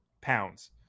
pounds